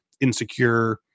insecure